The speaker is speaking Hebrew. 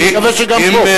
אני מקווה שגם פה.